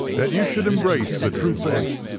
that you should embrace the true faith,